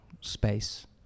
space